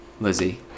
Lizzie